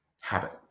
habit